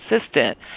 assistant